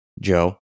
Joe